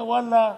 אומר: ואללה,